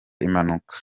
impanuka